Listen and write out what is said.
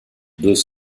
deux